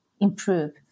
improve